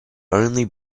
only